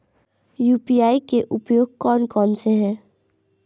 UPI के उपयोग कौन कौन से हैं?